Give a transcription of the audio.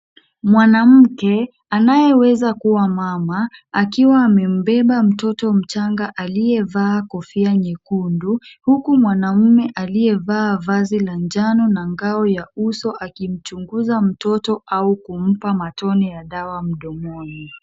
Mwanamke anayeweza kuwa mama, akiwa amembeba mtoto mchanga aliyevaa kofia nyekundu, huku mwanaume aliyevaa vazi la njano na ngao ya uso akimchunguza mtoto au kumpa matone ya dawa mdomoni.